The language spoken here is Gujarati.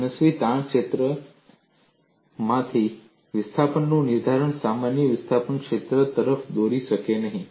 મનસ્વી તાણ ક્ષેત્રમાંથી વિસ્થાપનનું નિર્ધારણ માન્ય વિસ્થાપન ક્ષેત્ર તરફ દોરી શકે નહીં